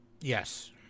Yes